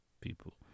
people